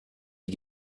die